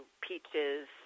peaches